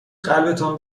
قلبتان